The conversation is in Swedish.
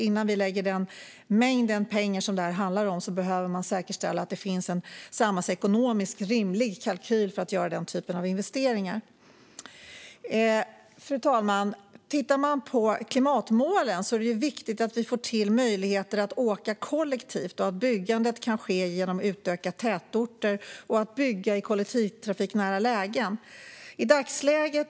Innan vi lägger ut den mängd pengar som det handlar om behöver man säkerställa att det finns en samhällsekonomiskt rimlig kalkyl för att göra en sådan investering. Fru talman! Sett till klimatmålen är det viktigt att vi får till möjligheter att åka kollektivt och att byggandet kan ske genom att vi utökar tätorter och bygger i kollektivtrafiknära lägen.